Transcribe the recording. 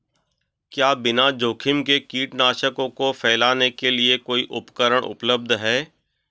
क्या बिना जोखिम के कीटनाशकों को फैलाने के लिए कोई उपकरण उपलब्ध है?